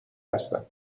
هستم